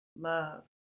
love